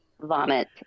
vomit